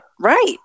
Right